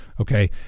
Okay